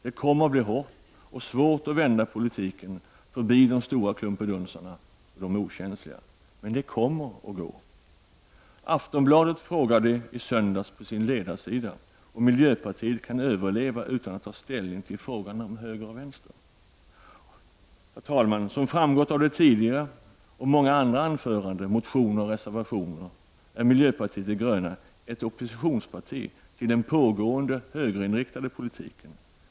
Det kommer att bli hårt och svårt att vända politiken förbi de stora klumpedunsarna och de okänsliga. Men det kommer att gå. Aftonbladet frågade i söndags på sin ledarsida om miljöpartiet kan överleva utan att ta ställning till frågan om höger eller vänster. Herr talman! Som framgått av det tidigare sagda och många andra anföranden, motioner och reservationer, är miljöpartiet de gröna ett oppositionsparti till den pågående högerinriktade politiken.